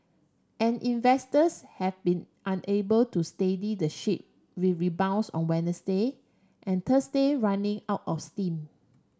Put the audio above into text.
and investors have been unable to steady the ship with rebounds on Wednesday and Thursday running out of steam